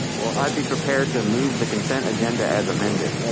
well, i'd be prepared to move the consent agenda as amended.